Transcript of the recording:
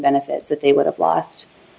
benefits that they would have lost